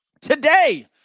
Today